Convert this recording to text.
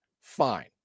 Fine